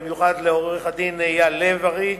ובמיוחד לעורך-דין אייל לב-ארי,